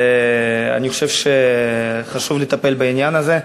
אני חושב שחשוב לטפל בעניין הזה,